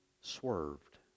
swerved